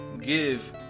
Give